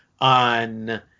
on